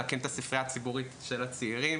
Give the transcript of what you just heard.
אלא להקים את הספרייה הציבורית של הצעירים,